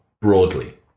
broadly